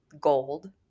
gold